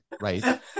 right